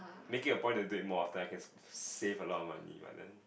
make it a point a bit more after I can save a lot of money but then